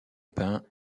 peint